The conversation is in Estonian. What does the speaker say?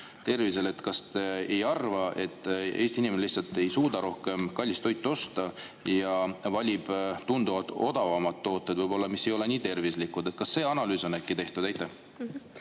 tervist? Kas te ei arva, et Eesti inimene lihtsalt ei suuda rohkem kallist toitu osta ja valib tunduvalt odavamad tooted, mis võib‑olla ei ole nii tervislikud? Kas see analüüs on äkki tehtud? Suur